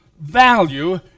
value